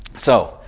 so,